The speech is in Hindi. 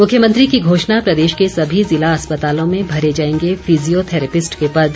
मुख्यमंत्री की घोषणा प्रदेश के सभी ज़िला अस्पतालों में भरे जाएंगे फिजियोथैरेपिस्ट के पद